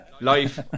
Life